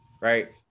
Right